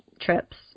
trips